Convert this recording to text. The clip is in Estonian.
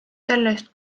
sellest